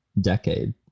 decade